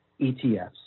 ETFs